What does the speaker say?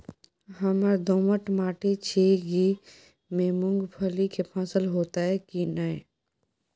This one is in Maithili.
हमर दोमट माटी छी ई में मूंगफली के फसल होतय की नय?